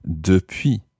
depuis